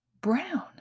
Brown